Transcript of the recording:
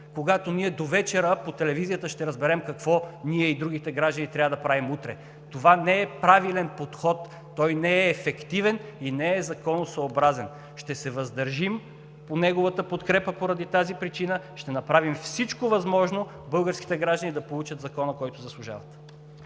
когато довечера по телевизията ще разберем какво ние и другите граждани трябва да правим утре. Това не е правилен подход – той не е ефективен и не е законосъобразен. Ще се въздържим от неговата подкрепа поради тази причина. Ще направим всичко възможно българските граждани да получат закона, който заслужават.